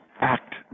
act